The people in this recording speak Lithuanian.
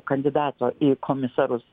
kandidato į komisarus